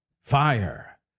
fire